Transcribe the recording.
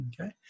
Okay